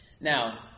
Now